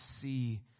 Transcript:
see